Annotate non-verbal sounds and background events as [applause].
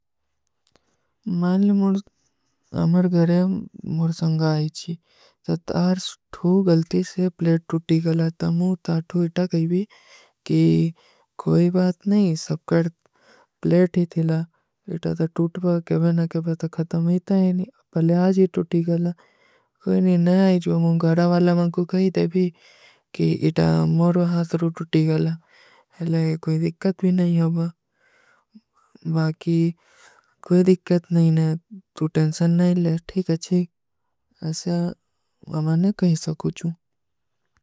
ମାଲୀ ମୁର [hesitation] ଅମର ଘରେ ମୁର ସଂଗା ଆଯୀଚୀ। ତର ଥୂ ଗଲ୍ତୀ ସେ ପ୍ଲେଟ ତୂଟୀ ଗଲା। ତମୂ ତା ଥୂ ଇଟା କହୀ ଭୀ କି କୋଈ ବାତ ନହୀଂ, ସବକର୍ଟ ପ୍ଲେଟ ହୀ ଥିଲା। ଇଟା ତୋ ତୂଟ ବା, କବେନା କବେନା ତୋ ଖତମ ହୀ ଥା ଇନୀ, ପଲେ ଆଜ ହୀ ତୂଟୀ ଗଲା। କୋଈ ନହୀଂ ଆଯୀଚୂ, ମୁଂ ଗଡା ଵାଲା ମାଂ କୋ କହୀ ତେ ଭୀ କି ଇଟା ମୌରୋ ହାସରୋ ଟୂଟୀ ଗଲା। ହଲା କୋଈ ଦିକ୍କତ ଭୀ ନହୀଂ ହୋବା। ବାକି କୋଈ ଦିକ୍କତ ନହୀଂ ହୈ, ତୂ ଟେଂସନ ନହୀଂ ଲେ, ଠୀକ ହୈ ଚୀକ। ଅସ୍ଯା [hesitation] ମାଂନେ କହୀ ସକୁଛୂ।